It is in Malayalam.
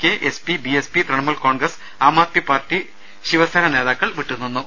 K S P B S P Trinamool Congress Aam Aadmi Party Shiv Sena നേതാക്കൾ വിട്ടുനിന്നു